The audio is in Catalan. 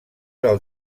del